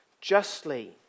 justly